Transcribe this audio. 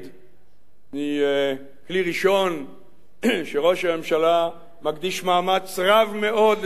מכלי ראשון שראש הממשלה מקדיש מאמץ רב מאוד לסוגיה זו.